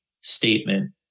statement